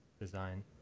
design